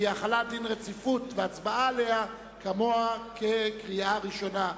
כי החלת דין רציפות והצבעה עליה כמוה כקריאה ראשונה.